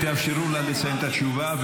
תאפשרו לה לסיים את התשובה,